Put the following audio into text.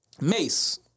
Mace